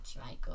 Michael